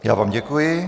Já vám děkuji.